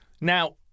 Now